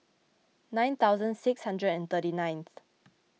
nine thousand six hundred and thirty ninth